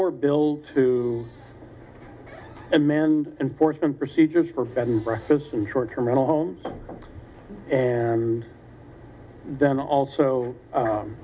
more bill to amend enforcement procedures for bed and breakfasts and short term rental homes and then also